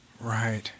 right